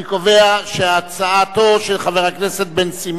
אני קובע שהצעתו של חבר הכנסת בן-סימון,